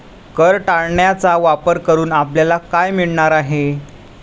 कर टाळण्याचा वापर करून आपल्याला काय मिळणार आहे?